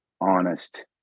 honest